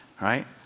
Right